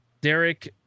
Derek